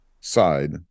side